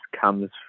comes